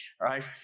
right